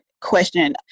question